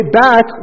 back